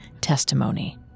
testimony